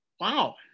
Wow